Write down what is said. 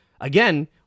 again